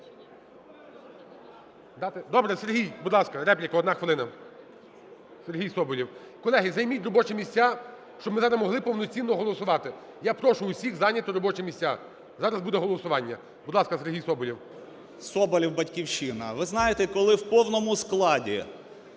Добре. Сергій, будь ласка, репліка, одна хвилина. Сергій Соболєв. Колеги, займіть робочі місця, щоб ми зараз могли повноцінно голосувати. Я прошу усіх зайняти робочі місця, зараз буде голосування. Будь ласка, Сергій Соболєв. 11:31:24 СОБОЛЄВ С.В. Соболєв, "Батьківщина". Ви знаєте, коли в повному складі